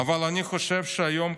"אבל אני חושב שהיום,